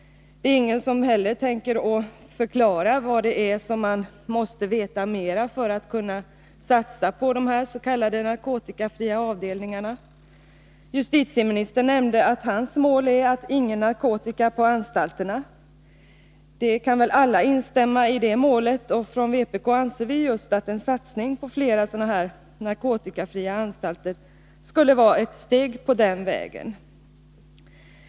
Det är heller ingen som tänker förklara vad man måste veta mer för att kunna satsa på de s.k. narkotikafria avdelningarna. Justitieministern nämnde att hans mål är att det inte skall finnas någon narkotika på anstalterna. Det kan väl alla instämma i. Vpk anser att en satsning på flera narkotikafria anstalter skulle vara ett steg på den vägen.